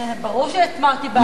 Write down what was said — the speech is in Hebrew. ברור שהצבעתי בעד.